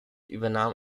übernahm